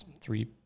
Three